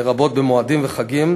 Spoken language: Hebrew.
לרבות במועדים וחגים.